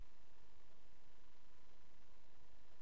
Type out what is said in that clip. הנמשל